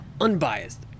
unbiased